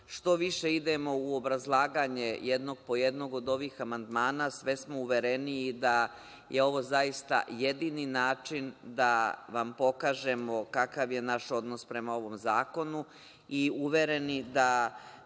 što više idemo u obrazlaganje jednog po jednog od ovih amandmana, sve smo uvereniji da je ovo zaista jedini način da vam pokažemo kakav je naš odnos prema ovom zakonu, i uvereni da